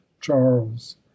charles